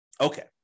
Okay